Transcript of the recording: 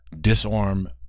disarm